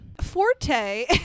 Forte